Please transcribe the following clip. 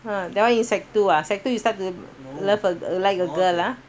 that [one] in sec~ two ah sec~ two you start to love a like a girl ah